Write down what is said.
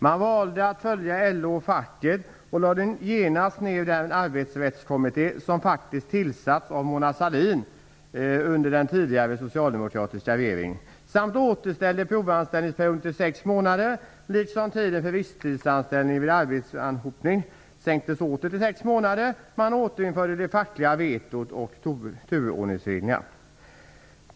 Man valde att följa LO och facket och lade genast ned den arbetsrättskommitté som faktiskt tillsatts av Mona Sahlin under den tidigare socialdemokratiska regeringen. Dessutom återställde man provanställningsperioden till sex månader liksom tiden för visstidsanställning vid arbetsanhopning som åter sänktes till sex månader. Man återinförde det fackliga vetot och turordningsreglerna.